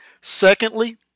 secondly